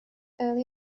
early